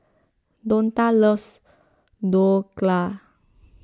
Donta loves Dhokla